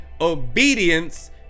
obedience